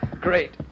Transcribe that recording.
Great